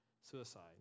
Suicide